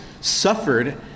suffered